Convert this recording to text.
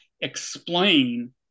explain